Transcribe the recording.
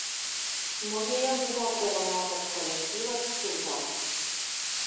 mugėje buvo apdovanotas kolektyvas čiūto